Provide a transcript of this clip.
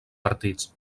partits